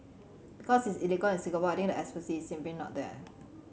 because it's illegal in Singapore I think the expertise is simply not there